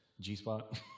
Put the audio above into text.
G-Spot